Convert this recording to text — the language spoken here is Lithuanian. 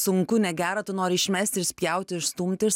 sunku negera tu nori išmesti išspjauti išstumti iš